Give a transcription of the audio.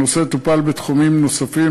הנושא טופל בתחומים נוספים,